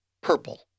purple